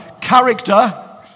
character